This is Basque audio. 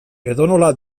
edonola